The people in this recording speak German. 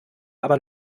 aber